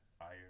Iron